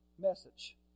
message